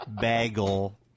Bagel